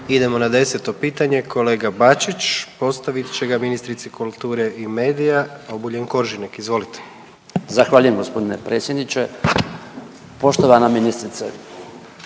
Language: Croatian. Idemo na 10. pitanje, kolega Bačić postavit će ga ministrici kulture i medija Obuljen Koržinek, izvolite. **Bačić, Branko (HDZ)** Zahvaljujem g. predsjedniče. Poštovana ministrice.